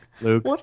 Luke